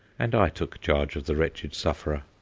and i took charge of the wretched sufferer.